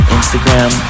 Instagram